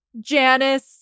Janice